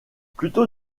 plutôt